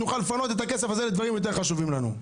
נוכל להפנות את הכסף הזה לדברים יותר חשובים לנו.